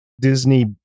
Disney